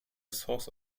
source